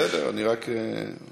בסדר, אני רק הוספתי.